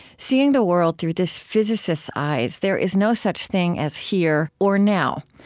seeing the world through this physicist's eyes, there is no such thing as here or now.